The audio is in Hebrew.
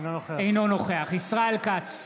אינו נוכח ישראל כץ,